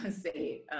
say